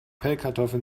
pellkartoffeln